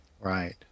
Right